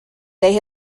they